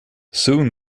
soon